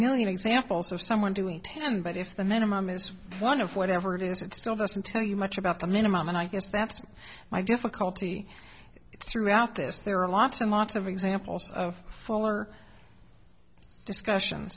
million examples of someone doing ten but if the minimum is one of whatever it is it still doesn't tell you much about the minimum and i guess that's my difficulty throughout this there are lots and lots of examples of fuller discussion